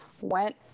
went